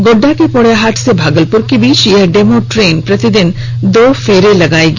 गोड्डा के पोड़ैयाहाट से भागलपुर के बीच यह डेमू ट्रेन प्रतिदिन दो फेरे लगाएगी